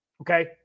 Okay